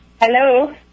Hello